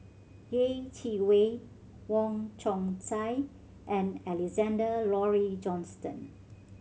Yeh Chi Wei Wong Chong Sai and Alexander Laurie Johnston